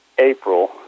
April